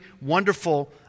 wonderful